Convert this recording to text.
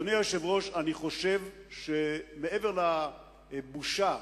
אדוני היושב-ראש, אני חושב שמעבר לבושה